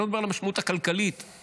אני לא מדבר על המשמעות הכלכלית והאחרת,